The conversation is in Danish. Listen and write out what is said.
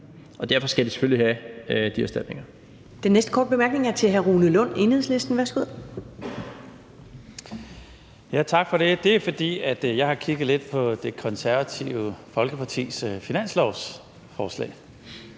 Derfor skal de selvfølgelig have de erstatninger.